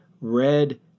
red